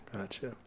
gotcha